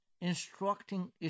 instructing